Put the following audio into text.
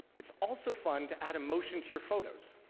it's also fun to add emotion to your photos.